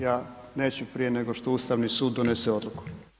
Ja neću prije nego što Ustavni sud donese odluku.